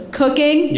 cooking